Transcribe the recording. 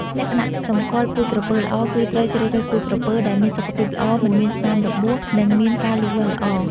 លក្ខណៈសម្គាល់ពូជក្រពើល្អ គឺត្រូវជ្រើសរើសពូជក្រពើដែលមានសុខភាពល្អ មិនមានស្នាមរបួស និងមានការលូតលាស់ល្អ។